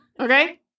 okay